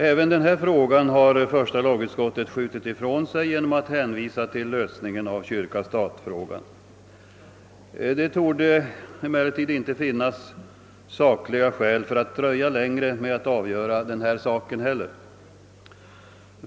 Även denna fråga har första lagutskottet skjutit ifrån sig genom att hänvisa till lösningen av kyrka—stat-frågan. Det torde emellertid inte finnas sakliga skäl för att dröja längre med att avgöra denna sak.